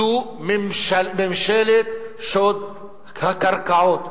זו ממשלת שוד הקרקעות.